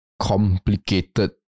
complicated